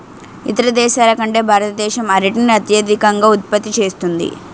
ఇతర దేశాల కంటే భారతదేశం అరటిని అత్యధికంగా ఉత్పత్తి చేస్తుంది